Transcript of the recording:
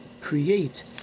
create